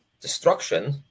destruction